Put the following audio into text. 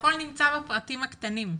הכל נמצא בפרטים הקטנים.